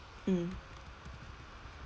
mm